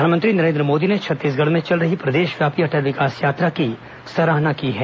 प्रधानमंत्री नरेन्द्र मोदी ने छत्तीसगढ़ में चल रही प्रदेशव्यापी अटल विकास यात्रा की सराहना की है